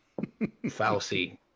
Fauci